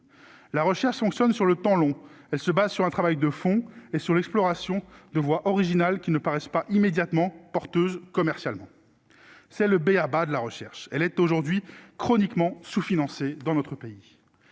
la recherche fonctionne sur le temps long, elle se base sur un travail de fond et sur l'exploration de voix originale qui ne paraissent pas immédiatement porteuse commercialement c'est le b.a-ba de la recherche, elle est aujourd'hui chroniquement sous-financé, dans notre pays,